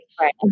Right